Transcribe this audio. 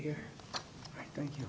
here thank you